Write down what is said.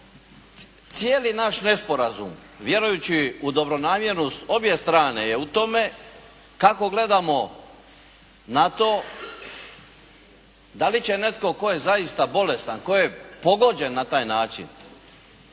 Cijeli naš nesporazum vjerujući u dobronamjernost obje strane je u tome kako gledamo na to da li će netko tko je zaista bolestan, tko je pogođen na taj način